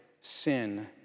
sin